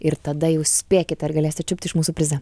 ir tada jau spėkit ar galėsi čiupt iš mūsų prizą